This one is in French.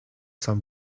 sont